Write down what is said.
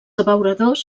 abeuradors